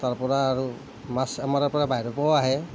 তাৰ পৰা আৰু মাছ আমাৰ ইয়াৰ পৰা বাহিৰৰ পৰাও আহে